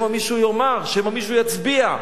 שמא מישהו יאמר, שמא מישהו יצביע.